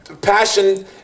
passion